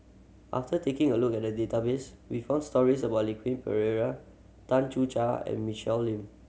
after taking a look at the database we found stories about Pereira Tan Ser Cher and Michelle Lim